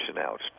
out